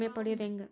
ವಿಮೆ ಪಡಿಯೋದ ಹೆಂಗ್?